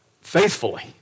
faithfully